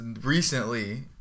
recently